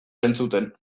entzuten